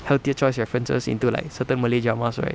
healthier choice references into like certain malay jamaahs right